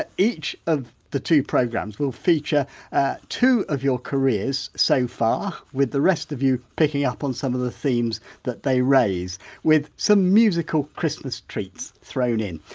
ah each of the two programmes, we'll feature ah two two of your careers so far, with the rest of you picking up on some of the themes that they raise with some musical christmas treats thrown in.